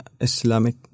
Islamic